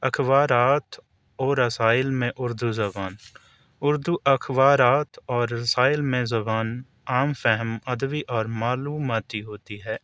اخبارات اور رسائل میں اردو زبان اردو اخبارات اور رسائل میں زبان عام فہم ادبی اور معلوماتی ہوتی ہے